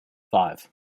five